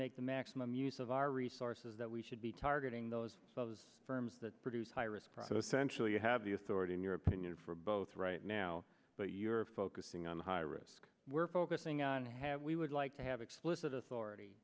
make the maximum use of our resources that we should be targeting those firms that produce high risk profit essential you have the authority in your opinion for both right now but you're focusing on the high risk we're focusing on have we would like to have explicit authority